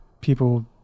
people